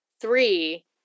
three